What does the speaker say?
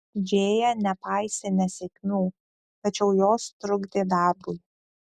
džėja nepaisė nesėkmių tačiau jos trukdė darbui